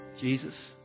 jesus